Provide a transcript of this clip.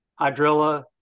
hydrilla